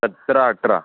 सतरा अठरा